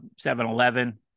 7-Eleven